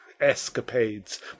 escapades